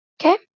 Okay